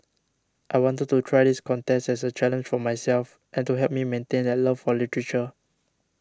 I wanted to try this contest as a challenge for myself and to help me maintain that love for literature